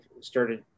started